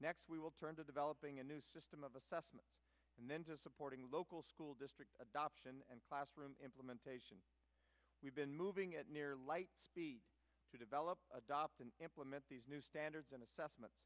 next we will turn to developing a new system of assessment and into supporting local school districts adoption and classroom implementation we've been moving at near light speed to develop adopt and implement these new standards and assessment